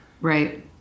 Right